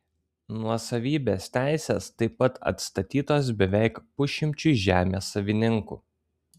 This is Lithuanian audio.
nuosavybės teisės taip pat atstatytos beveik pusšimčiui žemės savininkų